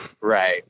Right